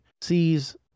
sees